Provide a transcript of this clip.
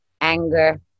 anger